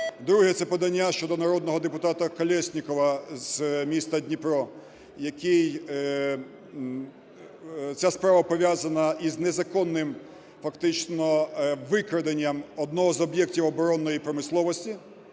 Друге – це подання щодо народного депутата Колєснікова з міста Дніпро, який… ця справа пов'язана із незаконним, фактично, викраденням одного із об'єктів оборонної промисловості